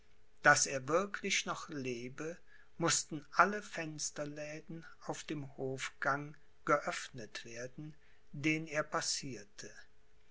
daß er wirklich noch lebe mußten alle fensterläden auf dem hofgang geöffnet werden den er passierte